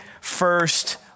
first